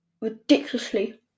ridiculously